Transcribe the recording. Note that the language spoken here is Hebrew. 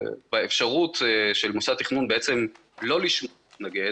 באפשרות של מוסד תכנון בעצם לא לשמוע מתנגד